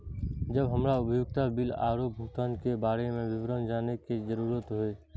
जब हमरा उपयोगिता बिल आरो भुगतान के बारे में विवरण जानय के जरुरत होय?